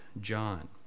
John